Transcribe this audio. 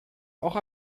auch